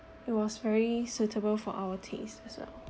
it was very suitable for our taste as well